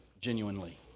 genuinely